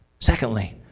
Secondly